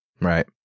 Right